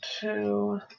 two